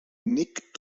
nick